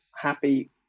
happy